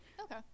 okay